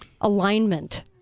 alignment